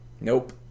Nope